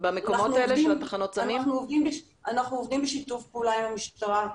אנחנו עובדים בשיתוף פעולה עם המשטרה,